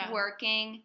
working